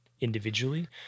individually